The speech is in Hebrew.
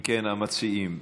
אם כן, המציעים,